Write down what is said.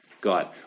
God